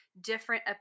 different